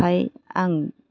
ओमफ्राय आं